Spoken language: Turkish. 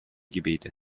gibiydi